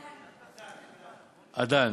אַדַן,